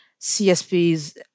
CSPs